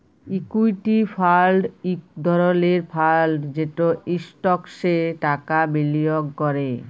equity fund ইক ধরলের fund যেট ইস্টকসে টাকা বিলিয়গ ক্যরে